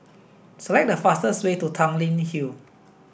select the fastest way to Tanglin Hill